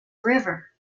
river